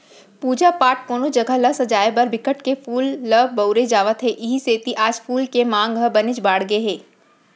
पूजा पाठ, कोनो जघा ल सजाय बर बिकट के फूल ल बउरे जावत हे इहीं सेती आज फूल के मांग ह बनेच बाड़गे गे हे